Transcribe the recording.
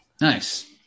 Nice